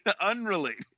Unrelated